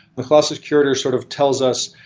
the colossus curator sort of tells us,